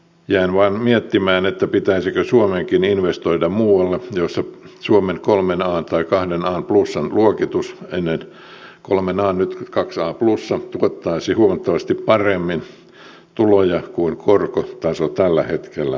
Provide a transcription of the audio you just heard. jäin vain miettimään pitäisikö suomenkin investoida muualle jossa suomen aaan tai aa plus n luokitus ennen aaan nyt aa plus n tuottaisi huomattavasti paremmin tuloja kuin korkotaso tällä hetkellä on